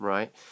Right